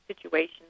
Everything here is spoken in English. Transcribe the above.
situation